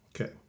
Okay